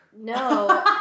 No